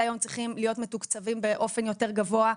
היום צריכים להיות מתוקצבים באופן יותר גבוה,